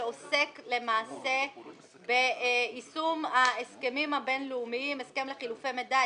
שעוסק למעשה ביישום ההסכמים הבין-לאומיים הסכם לחילופי מידע,